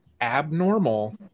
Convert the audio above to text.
abnormal